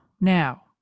now